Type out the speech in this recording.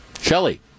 Shelly